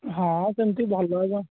ହଁ ସେମିତି ଭଲ ଆଉ କ'ଣ